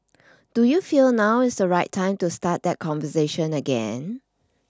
do you feel now is the right time to start that conversation again